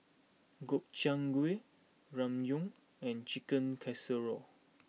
Gobchang Gui Ramyeon and Chicken Casserole